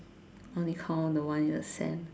only count the one in the sands